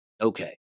Okay